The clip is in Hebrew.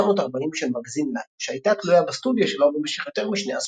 של מגזין Life שהייתה תלויה בסטודיו שלו במשך יותר משני עשורים.